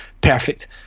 Perfect